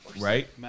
Right